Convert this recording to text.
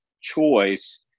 choice